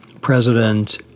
President